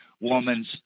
woman's –